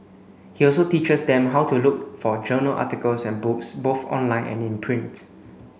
he also teaches them how to look for journal articles and books both online and in print